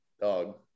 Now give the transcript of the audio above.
dog